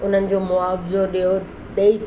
उन्हनि जो मुआवज़ो ॾियो ॾेई